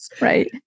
Right